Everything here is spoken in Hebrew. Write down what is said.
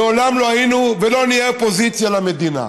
מעולם לא היינו ולא נהיה אופוזיציה למדינה.